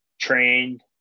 trained